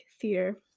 Theater